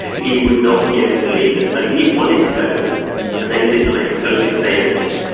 he would not be able to leave and so he wanted to go but they didn't let him go because they owned him.